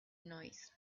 noise